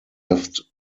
left